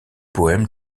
poème